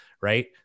right